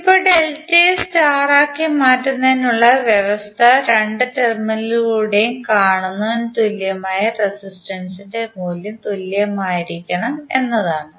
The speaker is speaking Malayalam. ഇപ്പോൾ ഡെൽറ്റയെ സ്റ്റാർ ആക്കി മാറ്റുന്നതിനുള്ള വ്യവസ്ഥ രണ്ട് ടെർമിനലുകളിലൂടെയും കാണുന്ന തുല്യമായ റെസിസ്റ്റൻസ് ഇന്റെ മൂല്യം തുല്യമായിരിക്കണം എന്നതാണ്